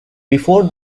before